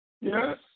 Yes